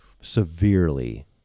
severely